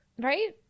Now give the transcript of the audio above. Right